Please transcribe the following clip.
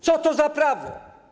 Co to za prawo?